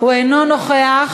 הוא אינו נוכח.